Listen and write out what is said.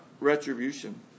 retribution